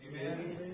Amen